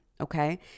Okay